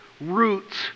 roots